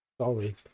Sorry